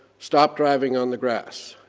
stop driving on the grass.